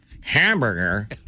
Hamburger